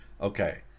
Okay